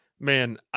Man